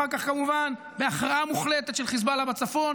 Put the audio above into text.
ואחר כך, כמובן, בהכרעה מוחלטת של חיזבאללה בצפון